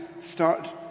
start